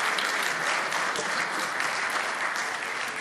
(מחיאות כפיים)